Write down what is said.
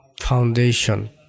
foundation